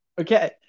Okay